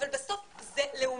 אבל בסוף זה לאומי,